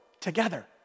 together